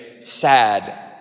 sad